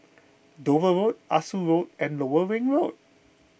Dover Road Ah Soo Walk and Lower Ring Road